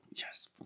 Yes